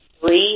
Three